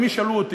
אם ישאלו אותי,